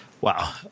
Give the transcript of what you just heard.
Wow